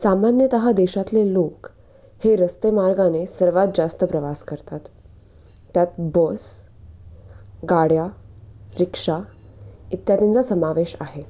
सामान्यतः देशातले लोक हे रस्तेमार्गाने सर्वात जास्त प्रवास करतात त्यात बस गाड्या रिक्षा इत्यादींचा समावेश आहे